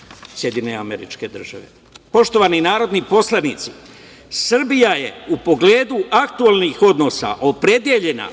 Jugoslaviju, SAD.Poštovani narodni poslanici, Srbija je u pogledu aktuelnih odnosa opredeljena